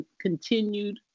continued